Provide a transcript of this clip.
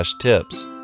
tips